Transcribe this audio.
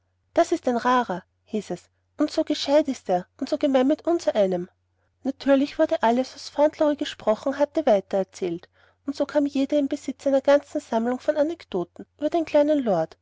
das ist ein rarer hieß es und gescheit ist er und so gemein mit unsereinem natürlich wurde alles was fauntleroy gesprochen hatte weiter erzählt und so kam jeder in besitz einer ganzen sammlung von anekdoten über den kleinen lord